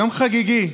יום חגיגי.